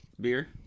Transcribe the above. beer